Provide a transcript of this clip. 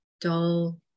dull